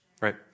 Right